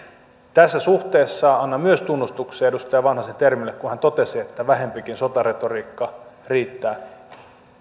tässä suhteessa annan myös tunnustuksen edustaja vanhasen termille kun hän totesi että vähempikin sotaretoriikka riittää